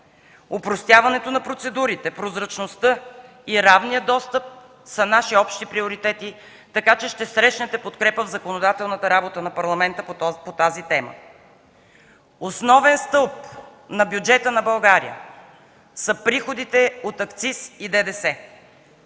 Опростяването на процедурите, прозрачността и равния достъп са наши общи приоритети, така че ще срещнете подкрепа в законодателната работа на парламента по тази тема. Основен стълб на бюджета на България са приходите от акциз и ДДС.